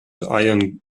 ian